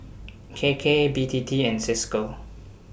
K K B T T and CISCO